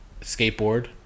skateboard